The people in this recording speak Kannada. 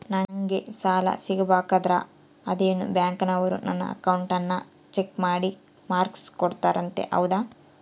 ನಂಗೆ ಸಾಲ ಸಿಗಬೇಕಂದರ ಅದೇನೋ ಬ್ಯಾಂಕನವರು ನನ್ನ ಅಕೌಂಟನ್ನ ಚೆಕ್ ಮಾಡಿ ಮಾರ್ಕ್ಸ್ ಕೋಡ್ತಾರಂತೆ ಹೌದಾ?